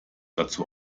dazu